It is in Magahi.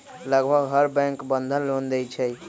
लगभग हर बैंक बंधन लोन देई छई